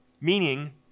Meaning